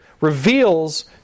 reveals